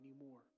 anymore